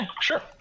Sure